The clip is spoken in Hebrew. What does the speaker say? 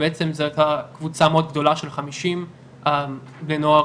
זה בעצם הייתה קבוצה מאוד גדולה של 50 בני נוער